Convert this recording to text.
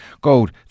gold